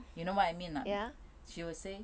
you know what I mean not she will say